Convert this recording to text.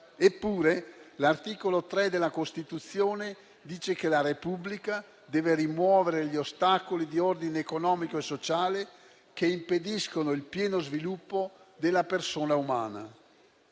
Eppure, l'articolo 3 della Costituzione dice che la Repubblica deve rimuovere gli ostacoli di ordine economico e sociale che impediscono il pieno sviluppo della persona umana.